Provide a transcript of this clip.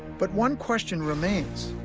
but one question remains.